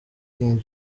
king